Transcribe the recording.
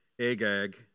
Agag